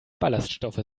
ballaststoffe